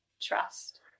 trust